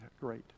great